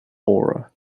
aura